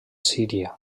síria